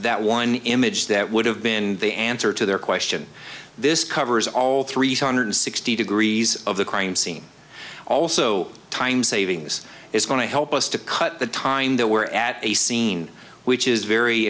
that one image that would have been the answer to their question this covers all three hundred sixty degrees of the crime scene also timesaving this is going to help us to cut the time that we're at a scene which is very